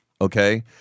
okay